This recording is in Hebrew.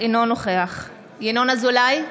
אינו נוכח ינון אזולאי,